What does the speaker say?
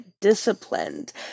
disciplined